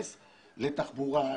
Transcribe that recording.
להתייחס לתחבורה,